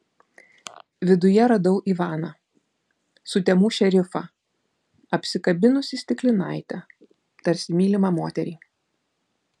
viduje radau ivaną sutemų šerifą apsikabinusį stiklinaitę tarsi mylimą moterį